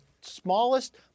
smallest